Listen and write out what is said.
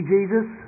Jesus